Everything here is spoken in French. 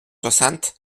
soixante